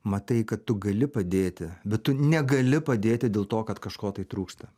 matai kad tu gali padėti bet tu negali padėti dėl to kad kažko tai trūksta